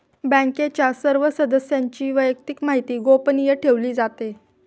बँकेच्या सर्व सदस्यांची वैयक्तिक माहिती गोपनीय ठेवली जाते